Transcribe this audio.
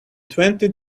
twenty